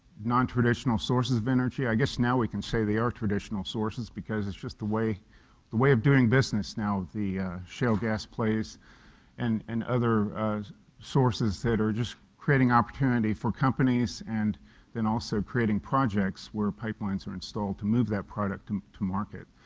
nontraditional sources of energy. i guess now we can say they are traditional sources, it's the way the way of doing business now, the shale gas plays and and other sources that are just creating opportunity for companies and then also creating projects where pipelines are installed to move that product and to market.